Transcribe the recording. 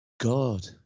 god